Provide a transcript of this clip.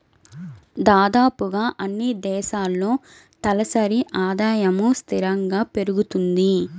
దాదాపుగా అన్నీ దేశాల్లో తలసరి ఆదాయము స్థిరంగా పెరుగుతుంది